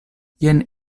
jen